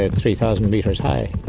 and three thousand metres high.